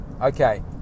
okay